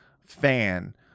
fan